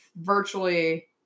virtually